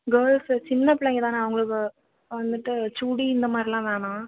girls சின்ன பிள்ளைங்க தானே அவங்களுக்கு வந்துட்டு சுடி இந்த மாதிரிலாம் வேணாம்